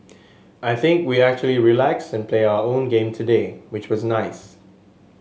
I think we actually relaxed and play our own game today which was nice